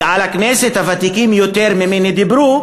ועל הכנסת הוותיקים יותר ממני דיברו,